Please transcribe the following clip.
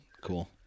Cool